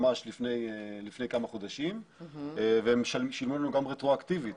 ממש לפני כמה חודשים ושילמו לנו גם רטרואקטיבית